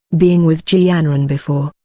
being with ji yanran before.